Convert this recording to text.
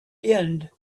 end